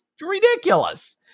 ridiculous